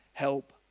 Help